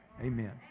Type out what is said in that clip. Amen